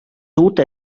uute